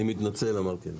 אני מתנצל אני צריך לצאת.